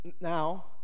Now